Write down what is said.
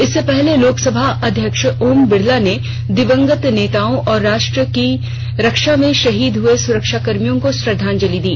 इससे पहले लोकसभा अध्यक्ष ओम बिडला ने दिवंगत नेताओं और राष्ट्र की रक्षा में शहीद हए सुरक्षाकर्मियों को श्रद्वांजलि दी